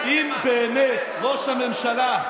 אם באמת ראש הממשלה,